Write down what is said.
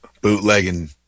bootlegging